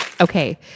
Okay